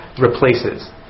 replaces